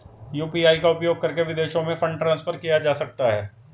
UPI का उपयोग करके विदेशों में फंड ट्रांसफर किया जा सकता है?